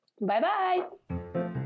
Bye-bye